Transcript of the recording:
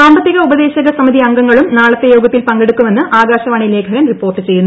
സാമ്പത്തിക ഉപദേശക സമിതി അംഗങ്ങളും നാളത്തെ യോഗത്തിൽ പങ്കെടുക്കുമെന്ന് ആകാശവാണി ലേഖകൻ റിപ്പോർട്ട് ചെയ്യുന്നു